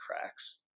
cracks